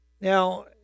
Now